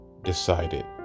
Decided